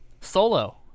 Solo